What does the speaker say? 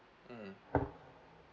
mm